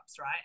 right